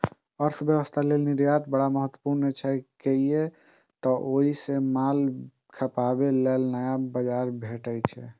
अर्थव्यवस्था लेल निर्यात बड़ महत्वपूर्ण छै, कियै तं ओइ सं माल खपाबे लेल नया बाजार भेटै छै